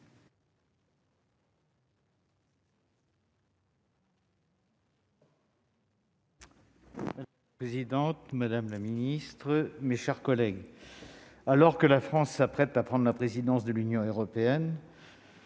Madame la présidente, madame la secrétaire d'État, mes chers collègues, alors que la France s'apprête à prendre la présidence de l'Union européenne,